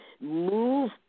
move